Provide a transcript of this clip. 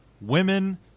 women